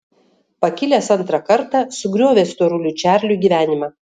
pakilęs antrą kartą sugriovė storuliui čarliui gyvenimą